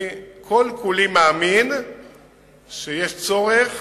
כל כולי מאמין שיש צורך